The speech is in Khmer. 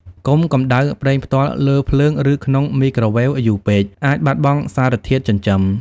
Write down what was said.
កុំកម្តៅប្រេងផ្ទាល់លើភ្លើង ឬក្នុងមីក្រូវ៉េវយូរពេក អាចបាត់បង់សារធាតុចិញ្ចឹម។